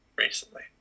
recently